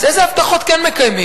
אז איזה הבטחות כן מקיימים?